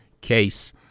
case